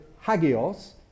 hagios